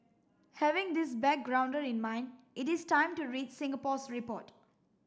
having this backgrounder in mind it is time to read Singapore's report